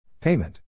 Payment